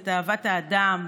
את אהבת האדם,